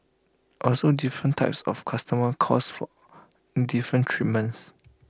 also different types of customers calls for different treatments